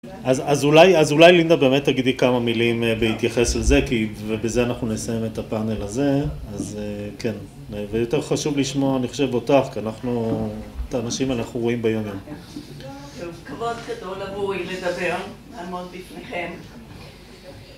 אז אולי לינדה באמת תגידי כמה מילים בהתייחס לזה, כי בזה אנחנו נסיים את הפאנל הזה, אז כן. ויותר חשוב לשמוע, אני חושב אותך, כי אנחנו, את האנשים אנחנו רואים ביום יום. טוב, כבוד גדול עבורי לדבר, לעמוד בפניכם.